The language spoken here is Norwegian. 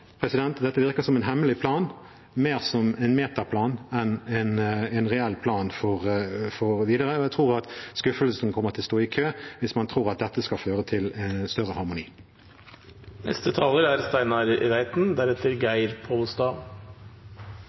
som en hemmelig plan – mer som en metaplan enn som en reell plan for det videre. Jeg tror at skuffelsene kommer til å stå i kø hvis man tror at dette skal føre til større harmoni.